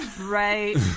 right